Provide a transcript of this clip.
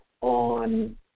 on